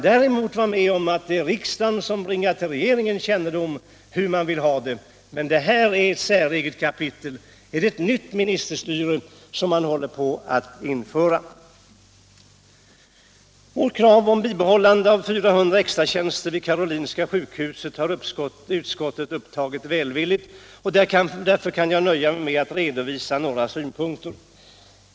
Det brukar vara riksdagen som ger regeringen till känna hur man vill ha det. Det här är ett säreget förfarande. Håller man på att införa ett nytt slags ministerstyre? Vårt krav om bibehållande av 400 extratjänster vid Karolinska sjukhuset har utskottet upptagit välvilligt och jag kan därför nöja mig med att redovisa några synpunkter.